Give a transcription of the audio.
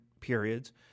periods